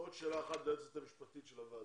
עוד שאלה אחת ליועצת המשפטית של הוועדה.